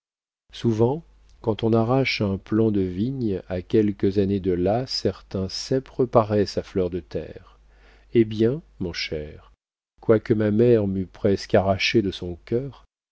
souvent quand on arrache un plant de vignes à quelques années de là certains ceps reparaissent à fleur de terre eh bien mon cher quoique ma mère m'eût presque arraché de son cœur